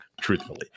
truthfully